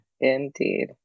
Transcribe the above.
indeed